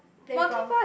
playground